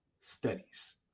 studies